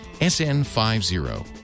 SN50